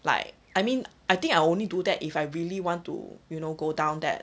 like I mean I think I only do that if I really want to you know go down that